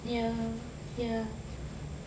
ya ya